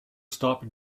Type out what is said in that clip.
stop